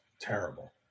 terrible